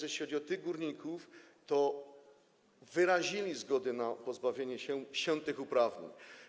Jeśli chodzi o tych górników, to wyrazili zgodę na pozbawienie się tych uprawnień.